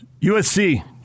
USC